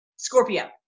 Scorpio